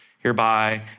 hereby